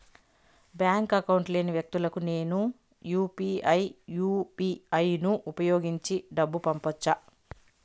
Bank account లేని వ్యక్తులకు నేను యు పి ఐ యు.పి.ఐ ను ఉపయోగించి డబ్బు పంపొచ్చా?